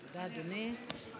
תודה, אדוני.